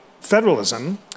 federalism